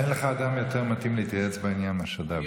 אין לך אדם יותר מתאים להתייעץ בעניין מאשר דוידסון.